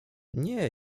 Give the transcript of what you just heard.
nie